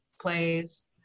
plays